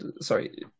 sorry